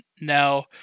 Now